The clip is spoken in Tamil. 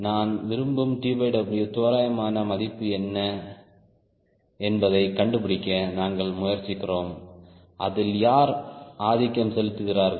நான் விரும்பும் TWதோராயமான மதிப்பு என்ன என்பதைக் கண்டுபிடிக்க நாங்கள் முயற்சிக்கிறோம் அதில் யார் ஆதிக்கம் செலுத்துகிறார்கள்